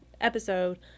episode